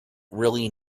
really